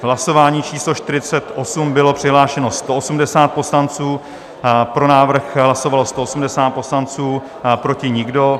V hlasování číslo 48 bylo přihlášeno 180 poslanců, pro návrh hlasovalo 180 poslanců, proti nikdo.